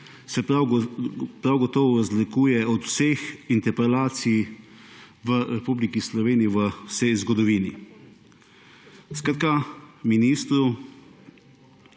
se prav gotovo razlikuje od vseh interpelacij v Republiki Sloveniji v vsej zgodovini, je proti ministru,